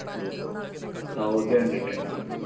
okay okay అండి thank you